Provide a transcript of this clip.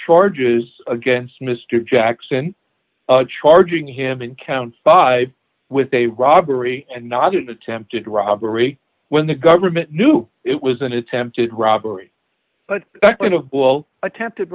charges against mr jackson charging him in count five with a robbery and not attempted robbery when the government knew it was an attempted robbery but attempted